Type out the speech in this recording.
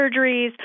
surgeries